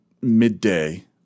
midday